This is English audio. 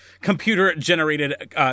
computer-generated